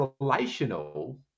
relational